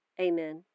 Amen